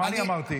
מה אני אמרתי?